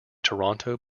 toronto